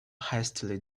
hastily